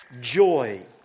joy